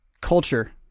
culture